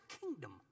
kingdom